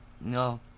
No